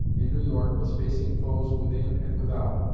in new york, was facing foes within and without,